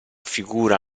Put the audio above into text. figura